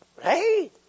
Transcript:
Hey